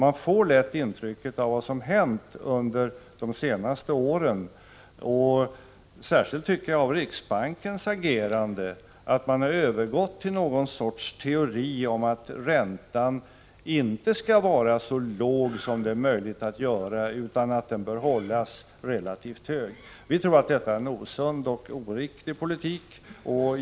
Man får lätt av vad som hänt under de senaste åren — och särskilt, tycker jag, av riksbankens agerande — intrycket att en övergång har skett till någon sorts teori om att räntan inte skall vara så låg som möjligt utan att den bör hållas relativt hög. Vi tror att detta är en osund och oriktig politik.